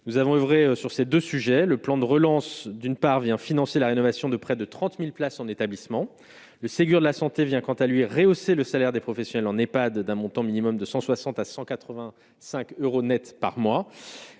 nous avons oeuvré sur ces 2 sujets, le plan de relance d'une part, vient financer la rénovation de près de 30000 places en établissements de Ségur de la Santé vient quant à lui, rehaussé le salaire des professionnels en pas, d'un montant minimum de 160 à 181 5 euros Net par mois,